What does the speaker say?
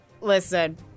listen